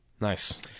Nice